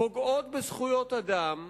פוגעות בזכויות אדם,